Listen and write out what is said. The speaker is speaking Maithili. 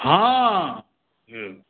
हँ